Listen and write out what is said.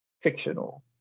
fictional